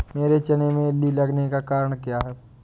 मेरे चने में इल्ली लगने का कारण क्या है?